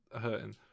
hurting